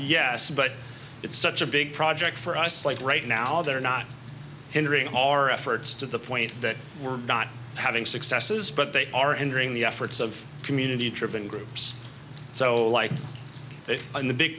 yes but it's such a big project for us like right now they're not hindering our efforts to the point that we're not having successes but they are entering the efforts of community turban groups so like in the big